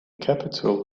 capital